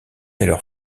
alors